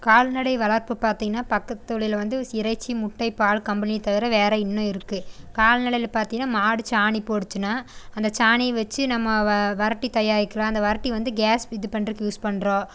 கால்நடை வளர்ப்பு பார்த்திங்கனா பக்கத்து தொழில் வந்து இறைச்சி முட்டை பால் கம்பளி தவிர வேற இன்னும் இருக்குது கால்நடையில் பார்த்திங்கனா மாடு சாணி போட்டுச்சுனா அந்த சாணி வச்சி நம்ம வ வறட்டி தயாரிக்கலாம் அந்த வறட்டி வந்து கேஸ் இது பண்ணுறக்கு யூஸ் பண்ணுறோம்